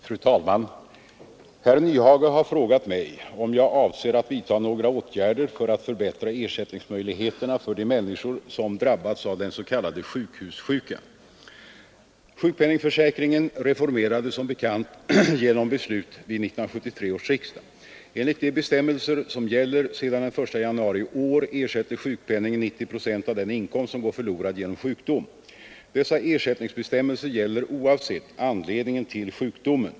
Fru talman! Herr Nyhage har frågat mig om jag avser att vidta några åtgärder för att förbättra ersättningsmöjligheterna för de människor som drabbats av den s.k. sjukhussjukan. Sjukpenningförsäkringen reformerades som bekant genom beslut vid 1973 års riksdag. Enligt de bestämmelser som gäller sedan den 1 januari i år ersätter sjukpenningen 90 procent av den inkomst som går förlorad genom sjukdomen. Dessa ersättningsbestämmelser gäller oavsett anledningen till sjukdomen.